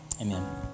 Amen